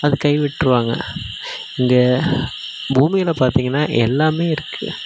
அதை கை விட்டுருவாங்க இங்கே பூமியில் பார்த்திங்கன்னா எல்லாமே இருக்குது